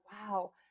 wow